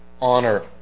honor